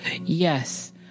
Yes